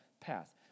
path